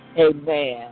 Amen